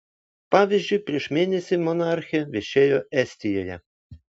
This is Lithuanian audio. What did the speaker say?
pavyzdžiui prieš mėnesį monarchė viešėjo estijoje